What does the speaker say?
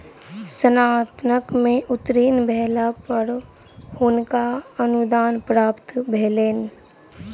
स्नातक में उत्तीर्ण भेला पर हुनका अनुदान प्राप्त भेलैन